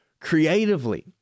creatively